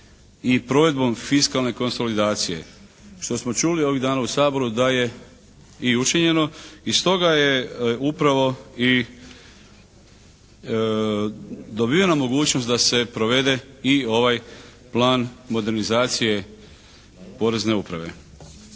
i provedbom fiskalne konsolidacije što smo čuli ovih dana u Saboru da je i učinjeno i stoga je upravo i dobivena mogućnost da se provede i ovaj plan modernizacije Porezne uprave.